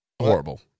Horrible